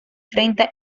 treinta